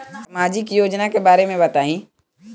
सामाजिक योजना के बारे में बताईं?